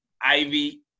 ivy